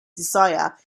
desire